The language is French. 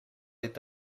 est